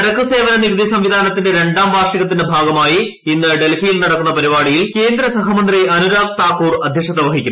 ചരക്ക് സേവന നികുതി സംവിധാനത്തിന്റെ രണ്ടാം വാർഷികത്തിന്റെ ഭാഗമായി ഇന്ന് ഡൽഹിയിൽ നടക്കുന്ന പരിപാടിയിൽ കേന്ദ്ര സഹമന്ത്രി അനുരാഗ് താക്കൂർ അധ്യക്ഷത വഹിക്കും